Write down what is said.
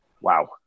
Wow